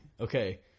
Okay